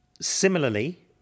similarly